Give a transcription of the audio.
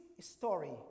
story